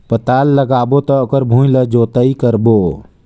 पातल लगाबो त ओकर भुईं ला जोतई करबो?